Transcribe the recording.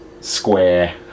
square